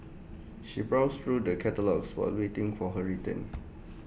she browsed through the catalogues while waiting for her return